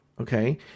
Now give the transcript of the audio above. Okay